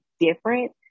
Different